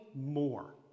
more